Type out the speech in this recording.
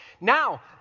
Now